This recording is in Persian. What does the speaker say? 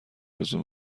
آرزو